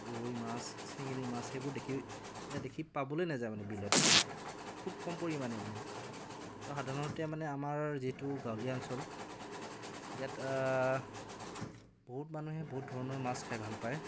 গৰৈ মাছ চেঙেলী মাছ সেইবোৰ দেখি মানে দেখি পাবলৈ নাযায় মানে বিলত খুব কম পৰিমাণে মানে আৰু সাধাৰণতে মানে আমাৰ যিহেতু গাঁৱলীয়া অঞ্চল ইয়াত বহুত মানুহে বহুত ধৰণৰ মাছ খাই ভাল পায়